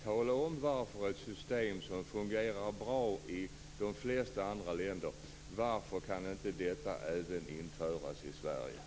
Tala om varför ett system som fungerar bra i de flesta andra länder inte kan införas även i Sverige!